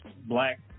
black